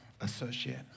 associate